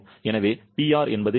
எனவே PR பற்றி என்ன